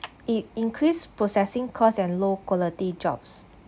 it increase processing cost and low quality jobs